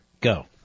Go